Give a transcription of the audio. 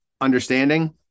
understanding